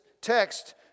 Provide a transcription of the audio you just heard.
text